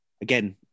Again